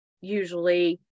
usually